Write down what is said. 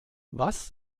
was